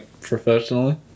professionally